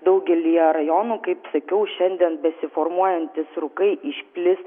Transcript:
daugelyje rajonų kaip sakiau šiandien besiformuojantys rūkai išplis